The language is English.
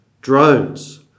drones